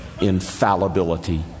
infallibility